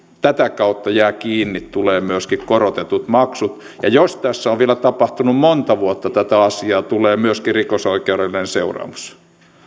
tätä kautta jää kiinni seurauksena tulee myöskin korotetut maksut ja jos vielä on tapahtunut monta vuotta tätä asiaa tulee myöskin rikosoikeudellinen seuraamus